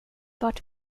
vart